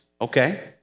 Okay